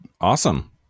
Awesome